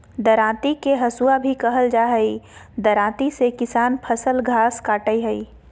दरांती के हसुआ भी कहल जा हई, दरांती से किसान फसल, घास काटय हई